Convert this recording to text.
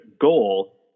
goal